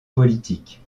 politique